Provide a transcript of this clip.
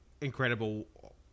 incredible